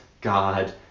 God